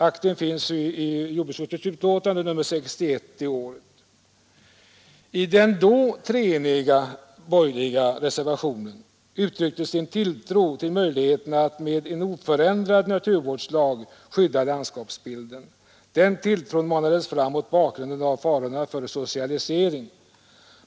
Akten finns i jordbruksutskottets betänkande nr 61 år 1971. I den då treeniga borgerliga reservationen uttrycktes en tilltro till möjligheterna att med en oförändrad naturvårdslag skydda landskapsbilden. Den tilltron manades fram mot bakgrund av farorna för en socialisering.